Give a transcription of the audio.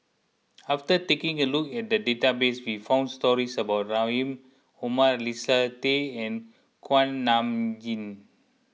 after taking a look at the database we found stories about Rahim Omar Leslie Tay and Kuak Nam Jin